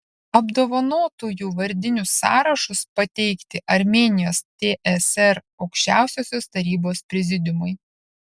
apdovanotųjų vardinius sąrašus pateikti armėnijos tsr aukščiausiosios tarybos prezidiumui